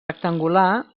rectangular